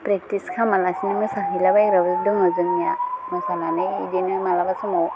practice खालामालासिनो मोसाहैलाबायग्राबो दङ जोंनिया मोसानानै बिदिनो मालाबा समाव